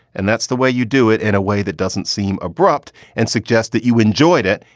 and that's the way you do it in a way that doesn't seem abrupt and suggests that you enjoyed it,